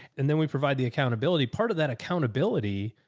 and then we provide the accountability part of that accountability.